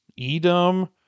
Edom